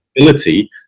ability